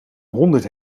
honderd